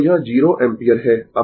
तो यह 0 एम्पीयर है